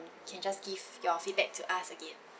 you can just give your feedback to us again